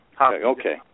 Okay